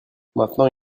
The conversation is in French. maintenant